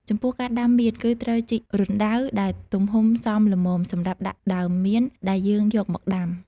ចំពោះការដាំមៀន គឺត្រូវជីករណ្តៅដែលទំហំសមល្មមសម្រាប់ដាក់ដើមមានដែលយើងយកមកដាំ។